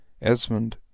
Esmond